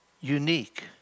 unique